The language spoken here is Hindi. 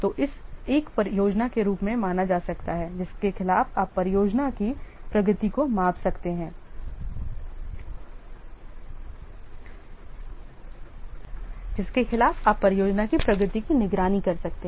तो इसे एक योजना के रूप में माना जा सकता है जिसके खिलाफ आप परियोजना की प्रगति को माप सकते हैं जिसके खिलाफ आप परियोजना की प्रगति की निगरानी कर सकते हैं